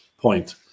point